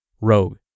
rogue